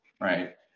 right